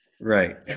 Right